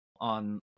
on